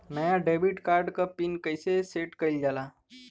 नया debit card क PIN कईसे सेट कईल जाला?